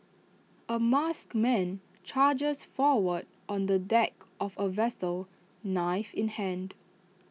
A masked man charges forward on the deck of A vessel knife in hand